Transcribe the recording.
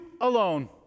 alone